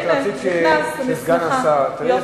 הנה, נכנס, אני שמחה.